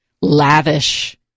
lavish